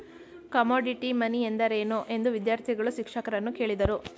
Commodity money ಎಂದರೇನು? ಎಂದು ವಿದ್ಯಾರ್ಥಿಗಳು ಶಿಕ್ಷಕರನ್ನು ಕೇಳಿದರು